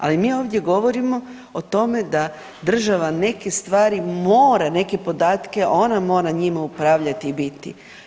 Ali mi ovdje govorimo o tome da država neke stvari mora, neke podatke ona mora njima upravljati i biti.